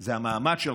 זה המעמד שלך,